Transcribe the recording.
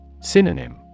Synonym